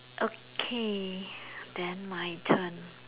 okay then my turn